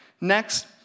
Next